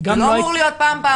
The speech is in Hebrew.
זה לא אמור להיות פעם-פעמיים.